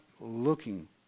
looking